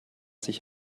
sich